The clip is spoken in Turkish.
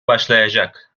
başlayacak